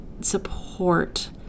support